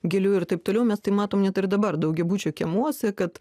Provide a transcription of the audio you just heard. gėlių ir taip toliau mes tai matom net ir dabar daugiabučių kiemuose kad